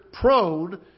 prone